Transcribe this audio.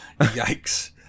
yikes